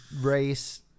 race